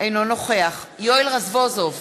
אינו נוכח יואל רזבוזוב,